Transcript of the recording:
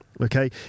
Okay